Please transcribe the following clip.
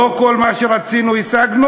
לא כל מה שרצינו השגנו.